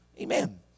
Amen